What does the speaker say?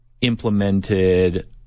implemented